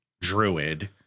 druid